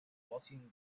watching